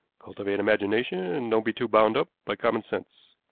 cultivate imagination, and don't be too bound up by common sense.